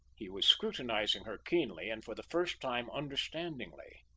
he was scrutinising her keenly and for the first time understandingly.